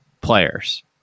players